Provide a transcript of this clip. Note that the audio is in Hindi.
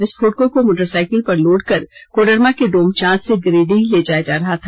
विस्फोटकों को मोटरसाइकिल पर लोड कर कोडरमा के डोमचांच से गिरिडीह ले जाया जा रहा था